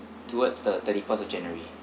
towards the thirty first of january